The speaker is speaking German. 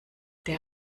der